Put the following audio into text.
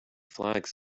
flags